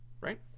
Right